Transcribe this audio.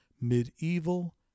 Medieval